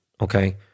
okay